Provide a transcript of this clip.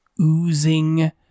oozing